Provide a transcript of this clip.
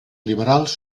liberals